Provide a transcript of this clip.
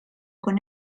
con